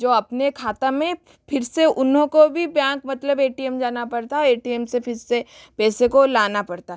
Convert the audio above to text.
जो अपने खाते में फिर से उनको भी बेआँक मतलब ए टी एम जाना पड़ता है ए टी एम से फिर से पैसे को लाना पड़ता